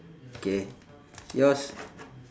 K yours